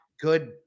good